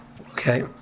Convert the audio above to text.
Okay